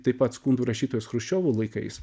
taip pat skundų rašytojas chruščiovo laikais